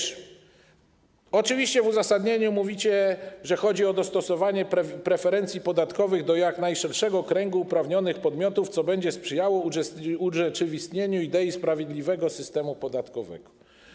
Oczywiście w uzasadnieniu mówicie, że chodzi o dostosowanie preferencji podatkowych do jak najszerszego kręgu uprawnionych podmiotów, co będzie sprzyjało urzeczywistnieniu idei sprawiedliwego systemu podatkowego.